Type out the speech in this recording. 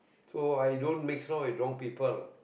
so i don't mix around with wrong people lah